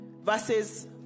verses